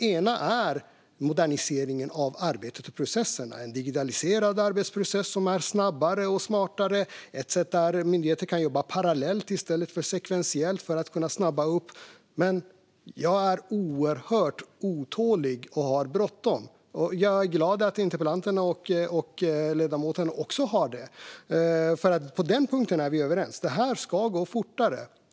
En är moderniseringen av arbetet med processerna. En digitaliserad arbetsprocess är snabbare och smartare. Myndigheter kan också jobba parallellt i stället för sekventiellt för att kunna snabba på. Men jag är oerhört otålig och har bråttom. Jag är glad att interpellanten och ledamoten också har det. På den punkten är vi överens. Det här ska gå fortare.